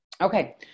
Okay